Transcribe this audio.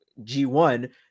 G1